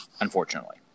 unfortunately